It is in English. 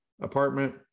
apartment